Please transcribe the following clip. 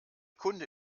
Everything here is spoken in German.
kunde